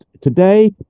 Today